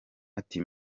ati